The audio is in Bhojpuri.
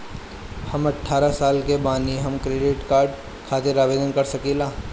हम अठारह साल के बानी हम क्रेडिट कार्ड खातिर आवेदन कर सकीला?